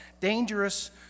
dangerous